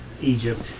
Egypt